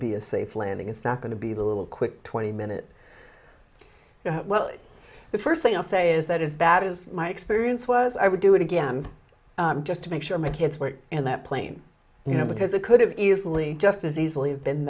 be a safe landing it's not going to be the little quick twenty minute well the first thing i'll say is that is that is my experience was i would do it again just to make sure my kids were in that plane you know because it could have easily just as easily have been